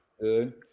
Good